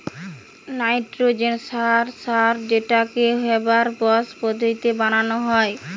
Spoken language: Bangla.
নাইট্রজেন সার সার যেটাকে হেবার বস পদ্ধতিতে বানানা হয়